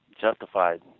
justified